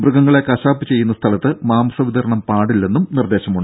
മൃഗങ്ങളെ കശാപ്പ് ചെയ്യുന്ന സ്ഥലത്ത് മാംസ വിതരണം പാടില്ലെന്നും നിർദേശമുണ്ട്